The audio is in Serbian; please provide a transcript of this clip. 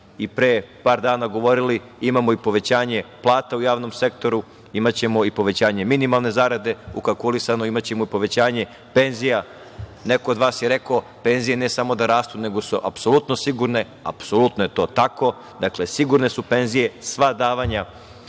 i pre par dana govorili, imamo i povećanje plata u javnom sektoru, imaćemo i povećanje minimalne zarade ukalkulisano, imaćemo i povećanje penzija. Neko od vas je rekao - penzije ne samo da rastu, nego su apsolutno sigurne. Apsolutno je to tako. Dakle, penzije su sigurne, sva davanja